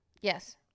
Yes